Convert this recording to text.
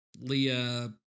Leah